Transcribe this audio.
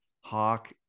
Hawk